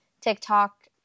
TikTok